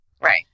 right